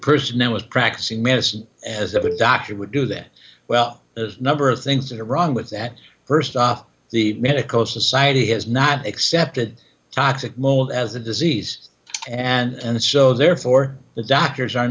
person that was practicing medicine as a doctor would do that well the number of things that are wrong with that first off the medical society has not accepted toxic mold as a disease and so therefore the doctors are